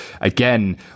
again